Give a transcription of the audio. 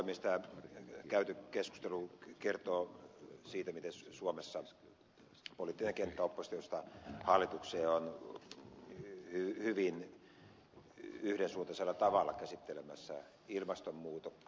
tämä käyty keskustelu kertoo siitä miten suomessa poliittinen kenttä oppositiosta hallitukseen on hyvin yhdensuuntaisella tavalla käsittelemässä ilmastonmuutosta